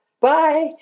bye